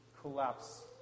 collapse